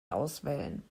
auswählen